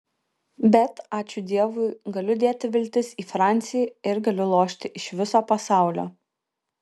bet ačiū dievui galiu dėti viltis į francį ir galiu lošti iš viso pasaulio